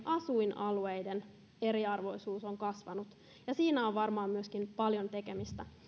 asuinalueiden eriarvoisuus on kasvanut ja siinä on varmaan myöskin paljon tekemistä